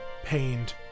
Pained